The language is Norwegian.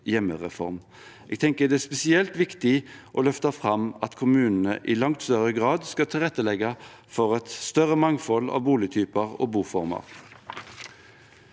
Jeg tenker det er spesielt viktig å løfte fram at kommunene i langt større grad skal tilrettelegge for et større mangfold av boligtyper og boformer.